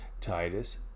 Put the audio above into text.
Titus